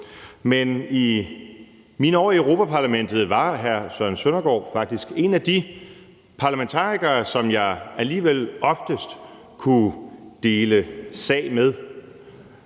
Men i mine år i Europa-Parlamentet var hr. Søren Søndergaard faktisk en af de parlamentarikere, som jeg alligevel oftest kunne dele sag med.